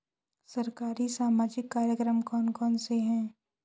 सरकारी सामाजिक कार्यक्रम कौन कौन से हैं?